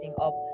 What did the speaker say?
up